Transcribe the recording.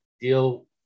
deal